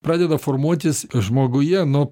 pradeda formuotis žmoguje nuo